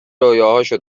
رویاهاشو